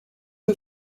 you